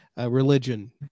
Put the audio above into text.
religion